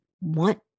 want